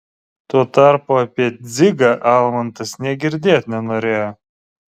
tuo tarpu apie dzigą almantas nė girdėt nenorėjo